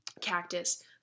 Cactus